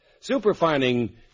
Superfining